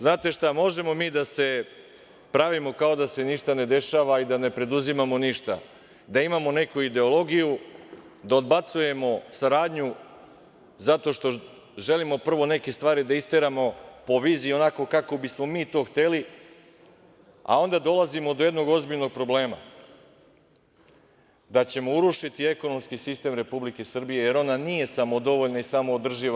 Znate šta, možemo mi da se pravimo kao da se ništa ne dešava i da ne preduzimamo ništa, da imamo neku ideologiju, da odbacujemo saradnju zato što želimo prvo neke stvari da isteramo po viziji onako ka bismo mi to hteli, a onda dolazimo do jednog ozbiljnog problema – da ćemo urušiti ekonomski sistem Republike Srbije, jer ona nije samodovoljna i samoodrživa.